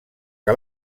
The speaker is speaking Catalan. que